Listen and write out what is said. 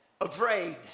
afraid